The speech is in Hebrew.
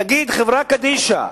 תגיד: חברה קדישא,